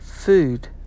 Food